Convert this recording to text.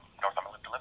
Northumberland